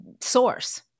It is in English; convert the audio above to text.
source